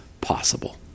possible